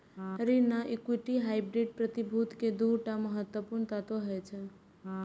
ऋण आ equity hybrid प्रतिभूति के दू टा महत्वपूर्ण तत्व होइ छै